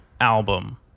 album